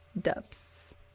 Dubs